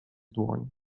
dłoni